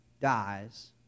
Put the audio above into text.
dies